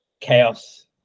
chaos